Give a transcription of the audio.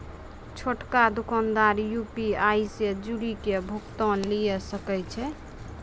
छोटका दोकानदार यू.पी.आई से जुड़ि के भुगतान लिये सकै छै